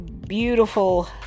beautiful